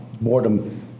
boredom